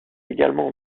également